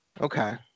Okay